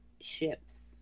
ships